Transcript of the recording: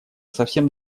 совсем